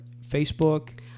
Facebook